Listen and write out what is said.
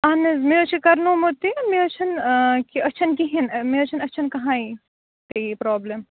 اہن حظ مےٚ حظ چھُ کَرنومُت یہِ مےٚ حظ چھُنہٕ أچھن کِہینۍ مےٚ حظ چھُنہٕ أچھن کَہٕنۍ تہِ یہِ پرابلٕم